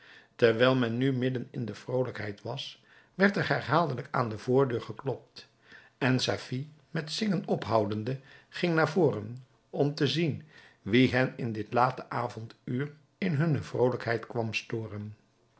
terwijl men nu midden in de vrolijkheid was werd er herhaaldelijk aan de voordeur geklopt en safie met zingen ophoudende ging naar voren om te zien wie hen in dit late avonduur in hunne vrolijkheid kwam storen